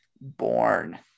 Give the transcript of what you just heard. born